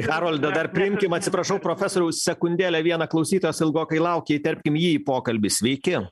haroldą dar priimkim atsiprašau profesoriau sekundėlę vieną klausytojas ilgokai laukia įterpkim jį į pokalbį sveiki